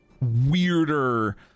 weirder